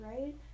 right